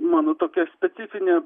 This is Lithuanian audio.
mano tokia specifinė